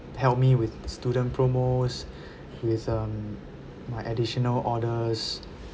help me with the student promos with um my additional orders